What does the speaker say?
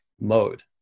mode